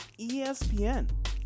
ESPN